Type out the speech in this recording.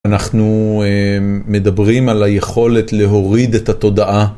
אנחנו מדברים על היכולת להוריד את התודעה.